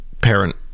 parent